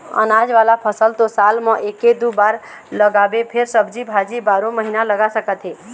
अनाज वाला फसल तो साल म एके दू बार लगाबे फेर सब्जी भाजी बारो महिना लगा सकत हे